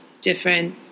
different